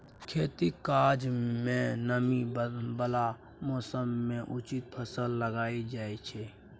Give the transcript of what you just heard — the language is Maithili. खेतीक काज मे नमी बला मौसम मे उचित फसल लगाएल जाइ छै